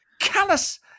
callous